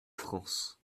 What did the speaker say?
france